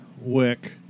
wick